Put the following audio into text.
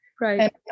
Right